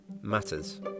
matters